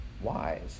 wise